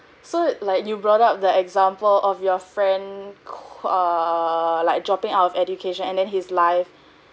so like you brought up the example of your friend co err like dropping out of education and then his life